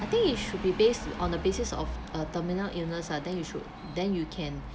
I think it should be based on the basis of a terminal illness ah then you should then you can